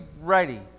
ready